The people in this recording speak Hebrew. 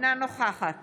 אינה נוכחת